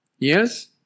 Yes